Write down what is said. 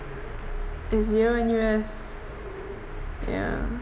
is your N_U_S ya